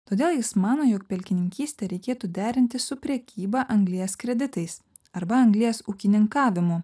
todėl jis mano jog pelkininkystę reikėtų derinti su prekyba anglies kreditais arba anglies ūkininkavimu